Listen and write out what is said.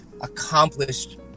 accomplished